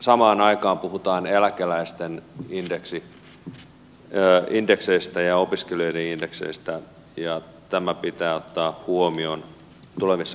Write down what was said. samaan aikaan puhutaan eläkeläisten indekseistä ja opiskelijoiden indekseistä ja tämä pitää ottaa huomioon tulevissa keskusteluissa